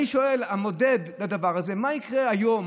אני שואל, המודד לדבר הזה, מה יקרה היום?